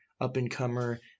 up-and-comer